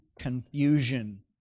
confusion